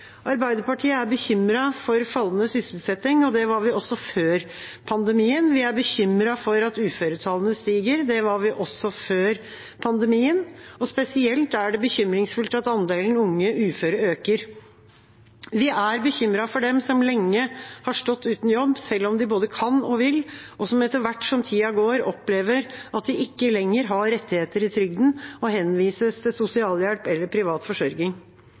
Arbeiderpartiet er bekymret for fallende sysselsetting. Det var vi også før pandemien. Vi er bekymret for at uføretallene stiger. Det var vi også før pandemien. Spesielt er det bekymringsfullt at andelen unge uføre øker. Vi er bekymret for dem som lenge har stått uten jobb, selv om de både kan og vil, og som etter hvert som tida går, opplever at de ikke lenger har rettigheter i trygden og henvises til sosialhjelp eller privat forsørging.